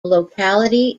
locality